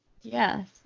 Yes